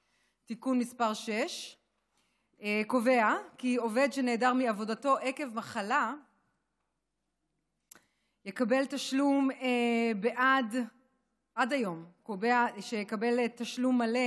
(תיקון מס' 6). עד היום עובד שנעדר מעבודתו עקב מחלה יקבל תשלום מלא